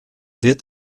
wird